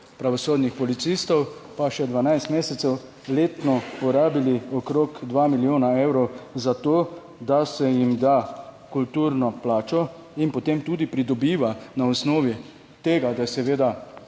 pravosodnih policistov, pa še 12 mesecev letno porabili okrog 2 milijona evrov zato, da se jim da kulturno plačo in potem tudi pridobiva na osnovi tega, da seveda